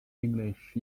english